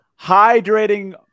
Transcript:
Hydrating